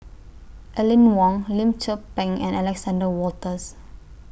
Aline Wong Lim Tze Peng and Alexander Wolters